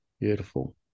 beautiful